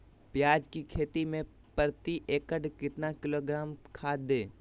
प्याज की खेती में प्रति एकड़ कितना किलोग्राम खाद दे?